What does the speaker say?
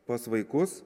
pas vaikus